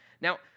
Now